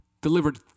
delivered